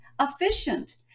efficient